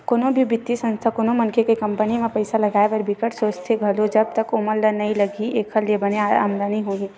कोनो भी बित्तीय संस्था कोनो मनखे के कंपनी म पइसा लगाए बर बिकट सोचथे घलो जब तक ओमन ल नइ लगही के एखर ले बने आमदानी होही